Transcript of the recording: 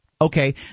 Okay